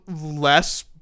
less